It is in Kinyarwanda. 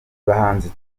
bahanzi